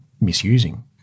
misusing